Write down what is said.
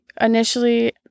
initially